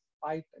fight